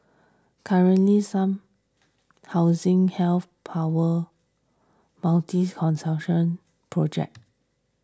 currently some housing health power project